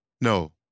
No